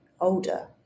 older